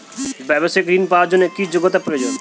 ব্যবসায়িক ঋণ পাওয়ার জন্যে কি যোগ্যতা প্রয়োজন?